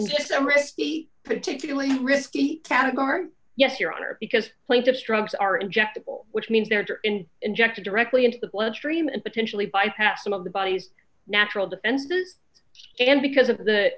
and just a risky particularly risky category yes your honor because plain just drugs are injectable which means there are in injected directly into the bloodstream and potentially bypass some of the body's natural defenses and because of the